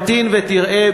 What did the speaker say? תמתין ותראה.